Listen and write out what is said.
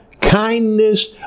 kindness